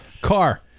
Car